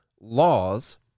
laws